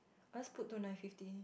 I just put to nine fifty